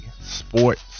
sports